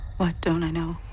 what don't i know?